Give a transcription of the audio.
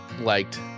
liked